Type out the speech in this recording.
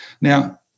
Now